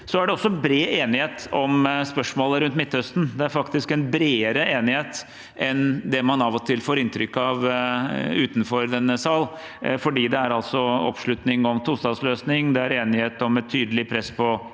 Det er også bred enighet om spørsmålet rundt Midtøsten. Det er faktisk en bredere enighet enn man av og til får inntrykk av utenfor denne sal, for det er altså oppslutning om tostatsløsning, det er enighet om et tydelig press på